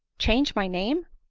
change my name!